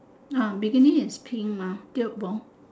ah bikini is pink mah